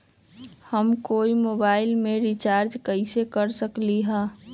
हम कोई मोबाईल में रिचार्ज कईसे कर सकली ह?